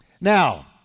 now